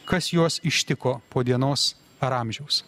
kas juos ištiko po dienos ar amžiaus